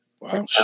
Wow